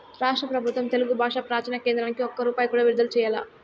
రాష్ట్ర పెబుత్వం తెలుగు బాషా ప్రాచీన కేంద్రానికి ఒక్క రూపాయి కూడా విడుదల చెయ్యలా